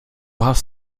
hast